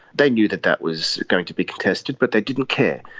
they knew that that was going to be contested but they didn't care,